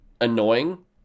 annoying